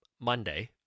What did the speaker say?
Monday